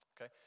okay